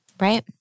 Right